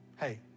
Hey